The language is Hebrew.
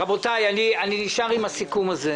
רבותי, אני נשאר עם הסיכום שאמרתי.